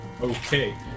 Okay